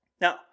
Now